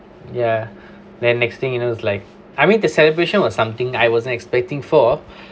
ya then next thing you know is like I mean the celebration was something I wasn't expecting for